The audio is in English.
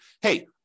hey